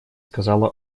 сказала